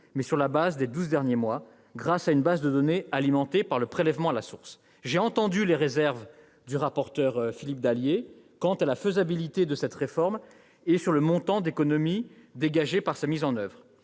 mais sur la base des douze derniers mois, grâce à une base de données alimentée par le prélèvement à la source. J'ai entendu les réserves émises par le rapporteur spécial Philippe Dallier quant à la faisabilité de cette réforme et sur le montant des économies dégagées par sa mise en oeuvre.